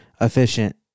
efficient